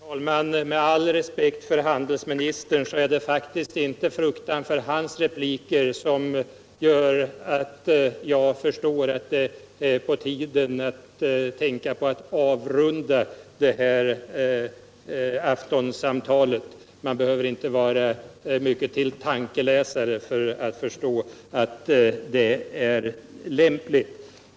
Herr talman! Med all respekt för handelsministern vill jag framhålla att det faktiskt inte är fruktan för hans repliker som gör att jag förstår att det är på tiden att tänka på att avrunda detta aftonsamtal. Man behöver inte vara mycket till tankeläsare för att begripa att det är lämpligt.